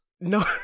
No